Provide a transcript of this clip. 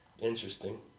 interesting